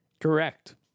correct